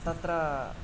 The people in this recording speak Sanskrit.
तत्र